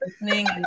listening